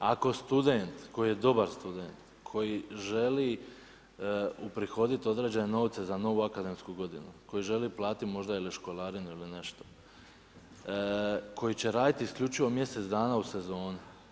Ako student koji je dobar student, koji želi uprihodit određene novce za novu akademsku godinu, koji želi platit možda ili školarinu ili nešto, koji će raditi isključivo mjesec dana u sezoni.